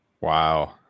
wow